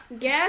guess